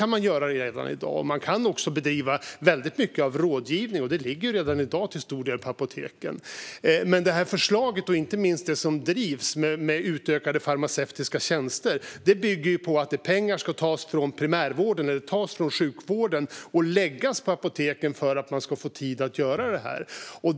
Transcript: Man kan göra det redan i dag, och man kan även bedriva mycket rådgivning - det ligger redan i dag till stor del på apoteken. Förslaget om utökade farmaceutiska tjänster, och inte minst det som drivs, bygger dock på att pengar ska tas från sjukvården och läggas på apoteken för att de ska få tid att göra detta.